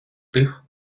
тих